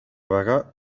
vagar